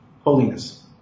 holiness